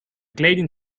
kleding